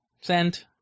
Send